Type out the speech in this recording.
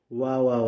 wow